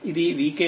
ఇదిvk కోసం